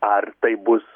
ar tai bus